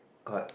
correct